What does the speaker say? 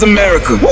America